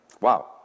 Wow